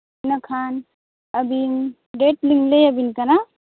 ᱤᱱᱟᱹᱠᱷᱟᱱ ᱟᱹᱵᱤᱱ ᱰᱮᱹᱴ ᱞᱤᱧ ᱞᱟᱹᱭ ᱟᱹᱵᱤᱱ ᱠᱟᱱᱟ